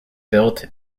built